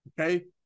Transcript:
Okay